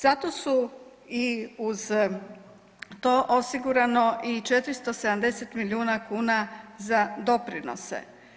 Zato su i uz to osigurano i 470 milijuna kuna za doprinose.